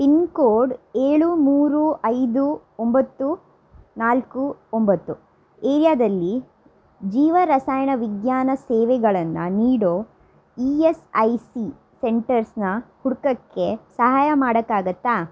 pin code ಏಳು ಮೂರು ಐದು ಒಂಬತ್ತು ನಾಲ್ಕು ಒಂಬತ್ತು ಏರಿಯಾದಲ್ಲಿ ಜೀವರಸಾಯನವಿಜ್ಞಾನ ಸೇವೆಗಳನ್ನು ನೀಡೋ ಇ ಎಸ್ ಐ ಸಿ ಸೆಂಟರ್ಸ್ನ ಹುಡ್ಕೋಕ್ಕೆ ಸಹಾಯ ಮಾಡೋಕ್ಕಾಗತ್ತಾ